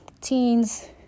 teens